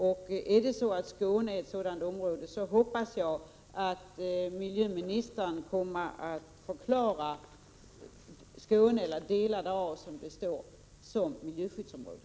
Om Skåne är ett sådant område, hoppas jag som sagt att miljöministern kommer att förklara Skåne eller, som det står, delar därav, som miljöskyddsområde.